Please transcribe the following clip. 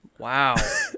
Wow